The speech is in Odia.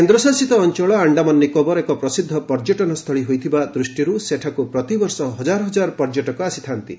କେନ୍ଦ୍ରଶାସିତ ଅଞ୍ଚଳ ଆଣ୍ଡାମାନ ନିକୋବର ଏକ ପ୍ରସିଦ୍ଧ ପର୍ଯ୍ୟଟନ ସ୍ଥଳୀ ହୋଇଥିବା ଦୃଷ୍ଟିରୁ ସେଠାକୁ ପ୍ରତିବର୍ଷ ହଜାର ହଜାର ପର୍ଯ୍ୟଟକ ଆସିଥା'ନ୍ତି